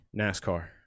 NASCAR